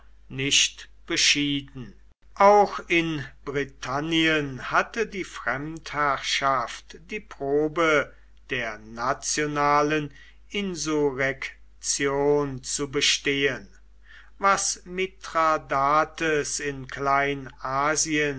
nicht beschieden auch in britannien hatte die fremdherrschaft die probe der nationalen insurrektion zu bestehen was mithradates in